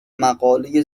مقاله